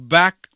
back